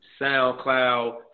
SoundCloud